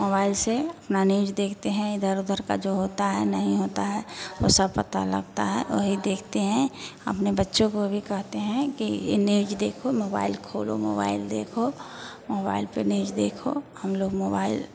mobile से अपनी news देखते हैं इधर उधर का जो होता है नहीं होता है वह सब पता लगता है वही देखते हैं अपने बच्चों को भी कहते हैं कि न्यूज देखो मोबाइल को खोलो मोबाइल देखो मोबाइल पर न्यूज देखो हम लोग मोबाइल